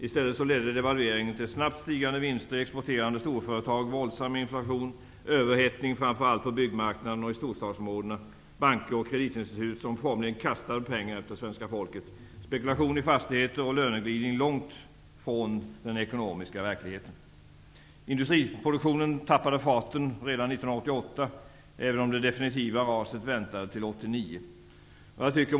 I stället ledde devalveringen till snabbt stigande vinster i exporterande storföretag, våldsam inflation, överhettning -- framför allt på byggmarknaden och i storstadsområdena -- banker och kreditinstitut som formligen kastade pengar efter svenska folket, spekulation i fastigheter och löneglidning långt från den ekonomiska verkligheten. Industriproduktionen tappade farten redan 1988, även om det definitiva raset väntade till 1989.